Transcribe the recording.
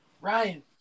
Ryan